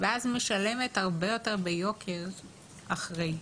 היא משלמת הרבה יותר וביוקר אחרי.